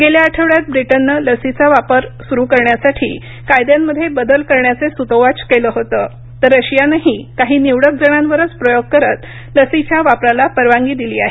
गेल्या आठवड्यात ब्रिटननं लसीचा वापर सुरू करण्यासाठी कायद्यांमध्ये बदल करण्याचे सुतोवाच केले होते तर रशियानेही काही निवडक जणांवरच प्रयोग करत लसीच्या वापरला परवानगी दिली आहे